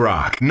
Rock